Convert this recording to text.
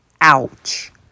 Ouch